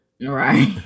Right